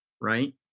Right